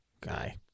guy